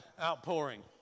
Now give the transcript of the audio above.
outpouring